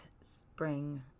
spring